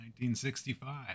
1965